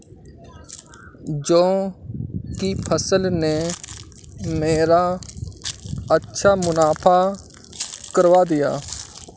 जौ की फसल ने मेरा अच्छा मुनाफा करवा दिया